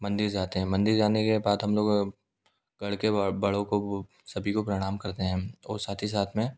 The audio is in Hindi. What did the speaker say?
मंदिर जाते हैं मंदिर जाने के बाद हम लोग घर के बड़ों को सभी को प्रणाम करते हैं और साथ ही साथ में